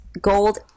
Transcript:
gold